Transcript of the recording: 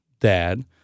dad